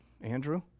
Andrew